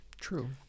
True